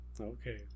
Okay